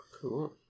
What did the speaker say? Cool